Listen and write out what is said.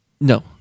No